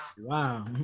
wow